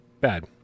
bad